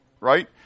right